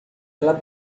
ela